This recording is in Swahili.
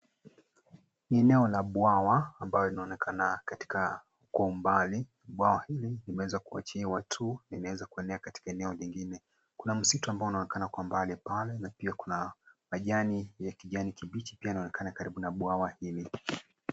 Ni eneo la bwawa ambalo linaonekana kwa umbali. Bwawa hili limeweza kuachiwa tu limeweza kuenea katika eneo lingine. Kuna msitu ambao unaonekana kwa umbali pale na pia kuna majani ya kijani kibichi pia yanaonekana karibu na bwawa hili.